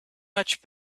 much